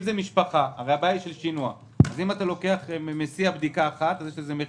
אם אתה מסיע בדיקה אחת יש לזה מחיר,